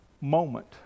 moment